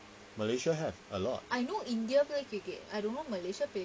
malaysia have a lot